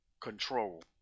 control